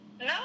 No